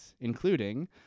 including